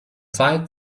zwei